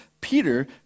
Peter